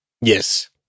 Yes